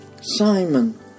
Simon